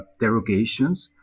derogations